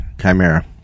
Chimera